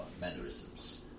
Mannerisms